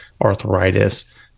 arthritis